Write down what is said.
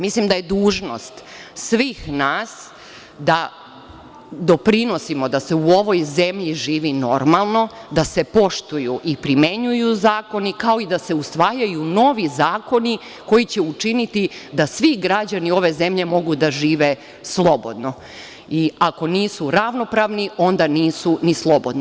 Mislim da je dužnost svih nas da doprinosimo da se u ovoj zemlji živi normalno, da se poštuju i primenjuju zakoni, kao i da se usvajaju novi zakoni koji će učiniti da svi građani ove zemlje mogu da žive slobodno, i ako nisu ravnopravni, onda nisu ni slobodni.